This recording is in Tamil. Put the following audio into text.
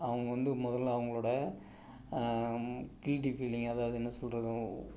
அவங்க வந்து முதல்ல அவங்களோட கில்ட்டி ஃபீலிங் அதாவது என்ன சொல்கிறது